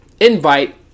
invite